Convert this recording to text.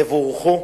תבורכו.